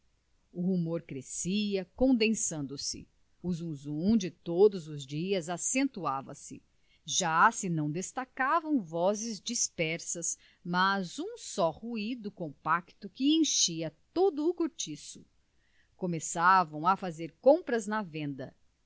o rumor crescia condensando se o zunzum de todos os dias acentuava se já se não destacavam vozes dispersas mas um só ruído compacto que enchia todo o cortiço começavam a fazer compras na venda